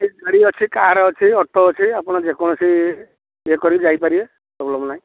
ଏଇ ଗାଡ଼ି ଅଛି କାର୍ ଅଛି ଅଟୋ ଅଛି ଆପଣ ଯେକୌଣସି ଇଏ କରିକି ଯାଇପାରିବେ ପ୍ରୋବ୍ଲେମ୍ ନାହିଁ